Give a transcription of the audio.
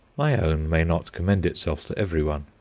my own may not commend itself to every one.